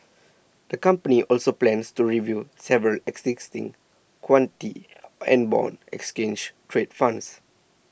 the company also plans to review several existing equity and bond exchange trade funds